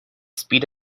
speed